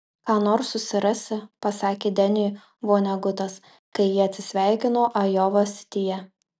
ką nors susirasi pasakė deniui vonegutas kai jie atsisveikino ajova sityje